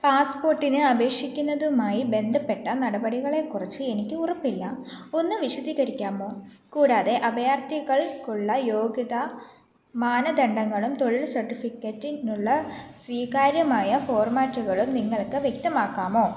പാസ്പോട്ടിന് അപേക്ഷിക്കുന്നതുമായി ബന്ധപ്പെട്ട നടപടികളെക്കുറിച്ച് എനിക്ക് ഉറപ്പില്ല ഒന്ന് വിശദീകരിക്കാമോ കൂടാതെ അഭയാർഥികൾക്കുള്ള യോഗ്യതാ മാനദണ്ഡങ്ങളും തൊഴിൽ സർട്ടിഫിക്കറ്റ്നുള്ള സ്വീകാര്യമായ ഫോർമാറ്റുകളും നിങ്ങൾക്ക് വ്യക്തമാക്കാമോ